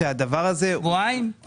שבועיים?